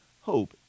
hope